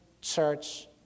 church